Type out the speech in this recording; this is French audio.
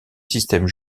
système